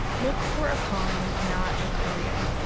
look for a calling, not a career.